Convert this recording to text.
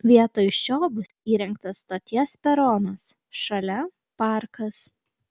vietoj šio bus įrengtas stoties peronas šalia parkas